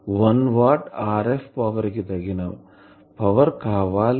1 watt RFపవర్ కు తగిన పవర్ కావాలి